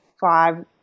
five